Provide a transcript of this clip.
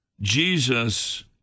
Jesus